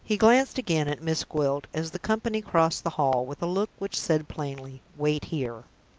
he glanced again at miss gwilt as the company crossed the hall, with a look which said plainly, wait here.